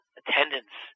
attendance